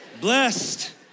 Blessed